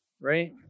Right